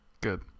Good